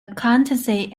accountancy